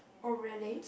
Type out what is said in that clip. oh really